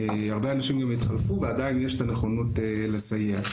הרבה אנשים גם התחלפו ועדיין יש את הנכונות לסייע.